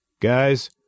Guys